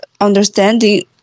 understanding